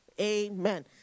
Amen